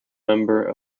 member